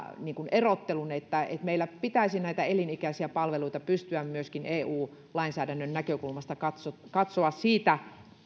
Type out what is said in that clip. erottelun että meillä pitäisi näitä elinikäisiä palveluita pystyä myöskin eu lainsäädännön näkökulmasta katsomaan siitä